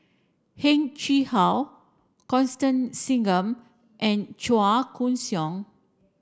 Heng Chee How Constance Singam and Chua Koon Siong